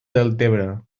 deltebre